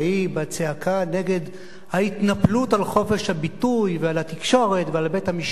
בצעקה נגד ההתנפלות על חופש הביטוי ועל התקשורת ועל בית-המשפט.